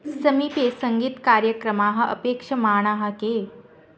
समीपे सङ्गीतकार्यक्रमाः अपेक्ष्यमाणाः के